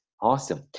Awesome